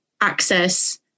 access